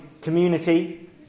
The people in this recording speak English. community